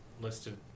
listed